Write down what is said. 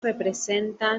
representa